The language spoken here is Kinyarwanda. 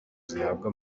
zihabwa